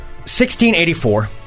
1684